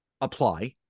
apply